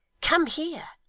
come here.